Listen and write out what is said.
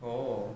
oh